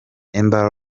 amber